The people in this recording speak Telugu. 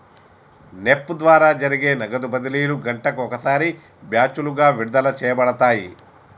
నెప్ప్ ద్వారా జరిపే నగదు బదిలీలు గంటకు ఒకసారి బ్యాచులుగా విడుదల చేయబడతాయి